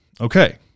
Okay